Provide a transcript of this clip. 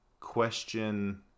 question